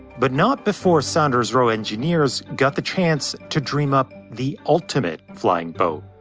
but not before saunder-roe engineers got the chance to dream up the ultimate flying boat.